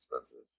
expensive